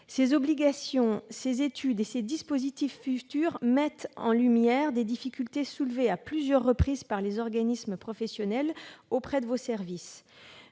obligations et dispositifs futurs mettent en lumière des difficultés soulevées à plusieurs reprises par les organisations professionnelles auprès de vos services.